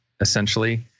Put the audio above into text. essentially